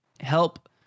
help